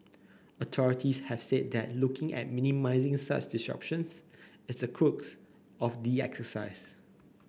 authorities have said that looking at minimising such disruptions is the crux of the exercise